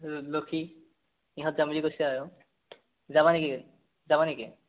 লক্ষী ইহঁত যাম বুলি কৈছে আৰু যাবা নেকি যাবা নেকি